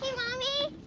yeah mommy.